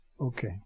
Okay